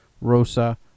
Rosa